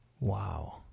wow